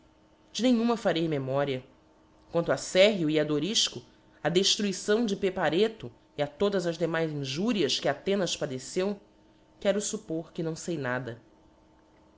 nenhuma farei memoria quanto a serrhio e a dorifco á deftruição de peparetho e a todas as demais injurias que athenas padeceu quero fuppôr que não fei nada